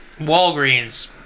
Walgreens